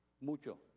mucho